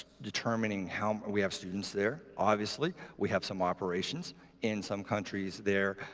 determining how we have students there, obviously. we have some operations in some countries there.